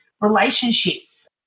relationships